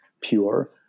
pure